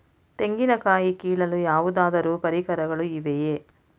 ತೆಂಗಿನ ಕಾಯಿ ಕೀಳಲು ಯಾವುದಾದರು ಪರಿಕರಗಳು ಇವೆಯೇ?